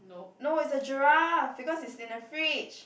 no it's a giraffe because it's in a fridge